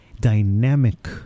dynamic